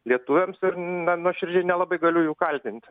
lietuviams ir na nuoširdžiai nelabai galiu jų kaltinti